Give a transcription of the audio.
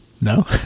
no